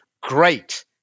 great